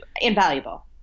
invaluable